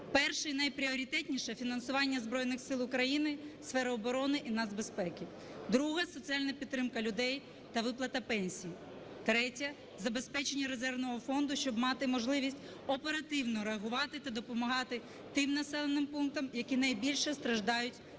Перше і найпріоритетніше – фінансування Збройних Сил України, сфера оборони і нацбезпеки; друге – соціальна підтримка людей та виплата пенсій; третє – забезпечення резервного фонду, щоб мати можливість оперативно реагувати та допомагати тим населеним пунктам, які найбільше страждають та